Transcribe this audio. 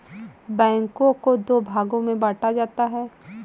बैंकों को दो भागों मे बांटा जाता है